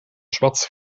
schwarz